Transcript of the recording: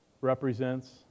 represents